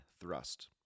thrust